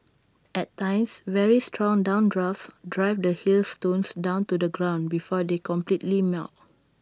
at times very strong downdrafts drive the hailstones down to the ground before they completely melt